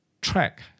track